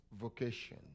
vocation